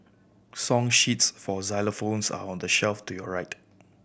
song sheets for xylophones are on the shelf to your right